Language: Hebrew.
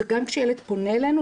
זה גם כשילד פונה אלינו,